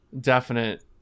definite